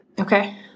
Okay